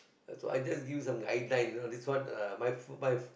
that's why I just give some guideline this one my my